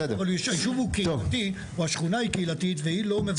הישוב הוא קהילתי או השכונה היא קהילתית והיא לא מבטאת,